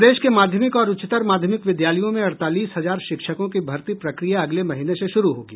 प्रदेश के माध्यमिक और उच्चतर माध्यमिक विद्यालयों में अड़तालीस हजार शिक्षकों की भर्ती प्रक्रिया अगले महीने से शुरू होगी